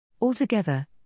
Altogether